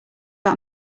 but